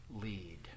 lead